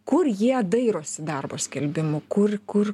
kur jie dairosi darbo skelbimų kur kur